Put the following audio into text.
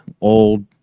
old